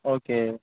okay